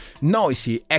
noisy